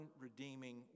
redeeming